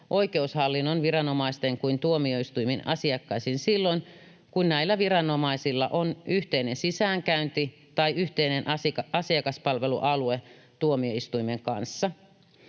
oikeushallinnon viranomaisten kuin tuomioistuimen asiakkaisiin silloin, kun näillä viranomaisilla on yhteinen sisäänkäynti tai yhteinen asiakaspalvelualue tuomioistuimen kanssa.